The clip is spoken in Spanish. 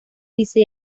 dice